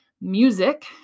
music